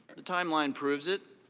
the timeline proves it.